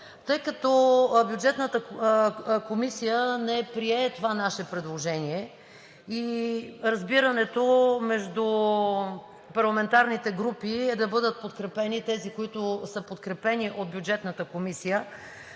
След като Бюджетната комисия не прие това наше предложение и разбирането между парламентарните групи е да бъдат подкрепени тези, които са подкрепени от Бюджетната комисия,